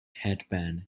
headband